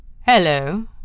Hello